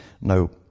now